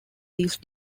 these